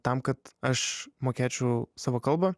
tam kad aš mokėčiau savo kalbą